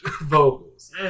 vocals